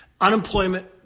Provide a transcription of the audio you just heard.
unemployment –